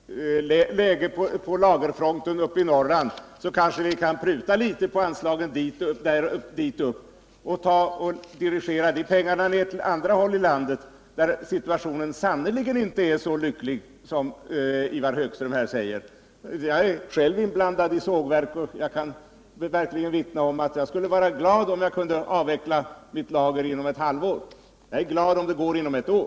Herr talman! Om man har ett så lyckligt läge på lagerfronten uppe i Norrland, så kanske vi kan pruta litet på anslagen dit upp och dirigera de pengarna till andra delar av landet, där situationen sannerligen inte är så bra som Ivar Högström säger. Jag är själv inblandad i sågverk, och jag skulle vara glad om jag kunde avveckla mitt lager inom ett halvår. Jag är glad om det sker inom ett år.